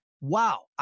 Wow